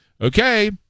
okay